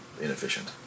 inefficient